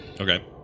Okay